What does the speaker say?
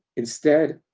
instead,